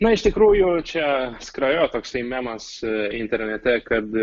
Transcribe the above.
na iš tikrųjų čia skrajojo toksai memas internete kad